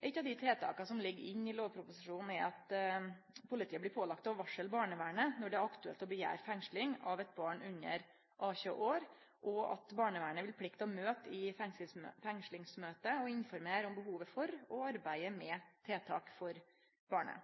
Eitt av dei tiltaka som ligg inne i lovproposisjonen, er at politiet blir pålagt å varsle barnevernet når det er aktuelt å krevje fengsling av eit barn under 18 år, og at barnevernet vil plikte å møte i fengslingsmøte og informere om behovet for og arbeidet med tiltak for barnet.